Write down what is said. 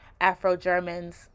Afro-Germans